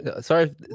Sorry